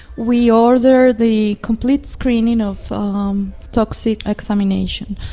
we order the complete screening of um toxic examination,